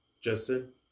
Justin